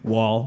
Wall